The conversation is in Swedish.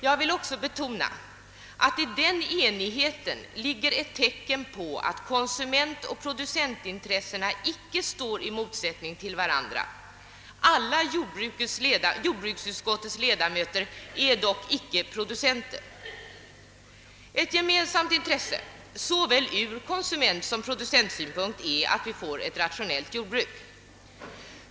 Jag vill också betona att i den enigheten ligger ett tecken på att konsumentoch producentintressena inte står i motsättning till varandra; alla jordbruksutskottets ledamöter är ändå inte producenter. Ett gemensamt intresse ur såväl konsumentsom producentsynpunkt är att vi får ett rationellt jordbruk.